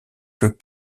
que